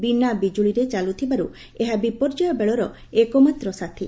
ବିନା ବିଜୁଳିରେ ଚାଲୁଥିବାରୁ ଏହା ବିପର୍ଯ୍ୟୟ ବେଳର ଏକମାତ୍ର ସାଥୀ